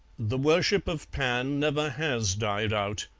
the worship of pan never has died out,